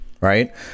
right